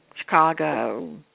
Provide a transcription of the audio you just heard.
Chicago